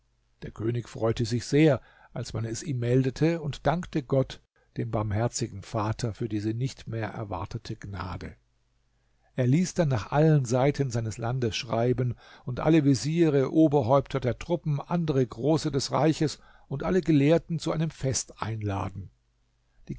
der könig freute sich sehr als man es ihm meldete und dankte gott dem barmherzigen vater für diese nicht mehr erwartete gnade er ließ dann nach allen seiten seines landes schreiben und alle veziere oberhäupter der truppen andere große des reiches und alle gelehrten zu einem fest einladen